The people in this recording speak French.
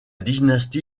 dynastie